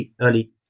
early